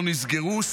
לא נסגרו,